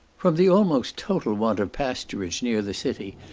from the almost total want of pasturage near the city,